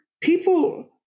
people